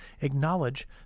Acknowledge